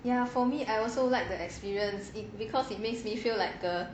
ya for me I also like the experience it because it makes me feel like a